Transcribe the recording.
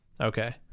Okay